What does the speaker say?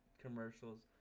commercials